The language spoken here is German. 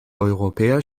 europäer